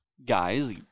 Guys